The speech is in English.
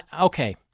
okay